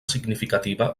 significativa